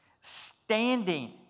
standing